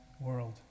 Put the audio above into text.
world